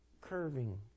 curving